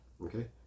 Okay